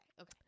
okay